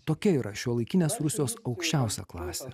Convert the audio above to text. tokia yra šiuolaikinės rusijos aukščiausia klasė